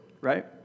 right